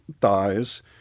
thighs